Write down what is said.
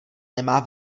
nemá